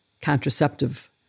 contraceptive